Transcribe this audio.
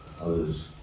others